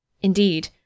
Indeed